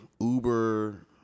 Uber